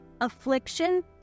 affliction